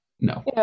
No